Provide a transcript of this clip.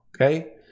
Okay